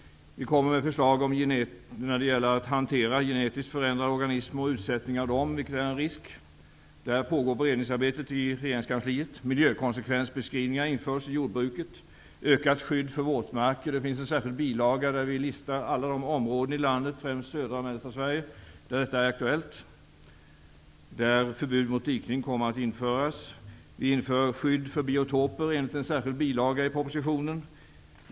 Vi kommer med förslag om hantering av genetiskt förändrade organismer och utsättning av dem, vilket är en risk. Där pågår beredningsarbetet i regeringskansliet. Det blir ett ökat skydd för våtmarker. Det finns en särskild bilaga där vi listar alla de områden i landet, främst i södra och mellersta Sverige, där detta är aktuellt. Där kommer förbud mot dikning att införas. Vi inför skydd för biotoper enligt en särskild bilaga i propositionen.